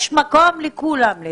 יש מקום לכולם.